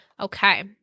Okay